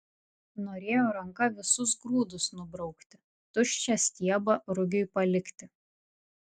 norėjo ranka visus grūdus nubraukti tuščią stiebą rugiui palikti